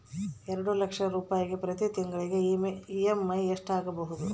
ಎರಡು ಲಕ್ಷ ರೂಪಾಯಿಗೆ ಪ್ರತಿ ತಿಂಗಳಿಗೆ ಇ.ಎಮ್.ಐ ಎಷ್ಟಾಗಬಹುದು?